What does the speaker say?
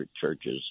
churches